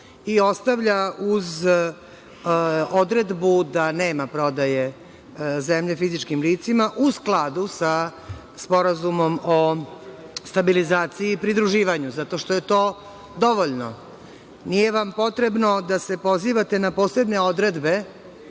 i ostavlja uz odredbu da nema prodaje zemlje fizičkim licima, u skladu sa Sporazumom o stabilizaciji i pridruživanju, zato što je to dovoljno. Nije vam potrebno da se pozivate na posebne odredbe